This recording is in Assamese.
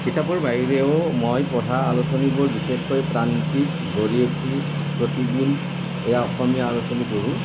কিতাপৰ বাহিৰেও মই পঢ়া আলোচনীবোৰ বিশেষকৈ প্ৰান্তিক গৰিয়সী প্ৰতিদিন এইয়া অসমীয়া আলোচনী পঢ়ো